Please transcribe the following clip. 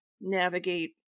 navigate